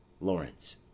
LAWRENCE